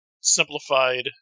simplified